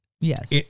yes